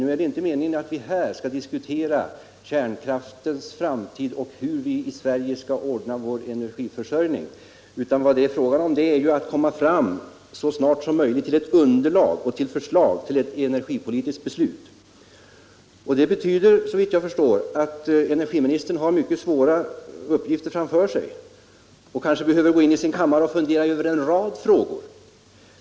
Nu är det inte meningen att vi här skall diskutera kärnkraftens framtid och hur vi i Sverige skall ordna energiförsörjningen, utan vad det är fråga om är ju att så snart som möjligt få fram ett underlag för ett energipolitiskt beslut. Det betyder, såvitt jag förstår, att energiministern har mycket svåra uppgifter framför sig och kanske behöver gå in i sin kammare och fundera över en rad frågor.